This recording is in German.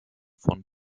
von